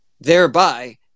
thereby